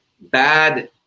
bad